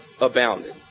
abounded